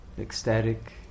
Ecstatic